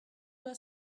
were